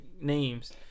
names